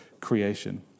creation